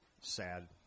sad